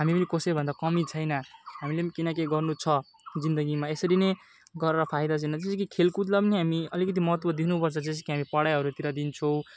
हामी पनि कसै भन्दा कमी छैन हामीले केही न केही गर्नु छ जिन्दगीमा यसरी नै गरेर फाइदा छैन किनकि खेलकुदलाई पनि हामी अलिकति महत्त्व दिनु पर्छ जस्तो कि हामी पढाइहरूतिर दिन्छौँ